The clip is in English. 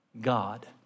God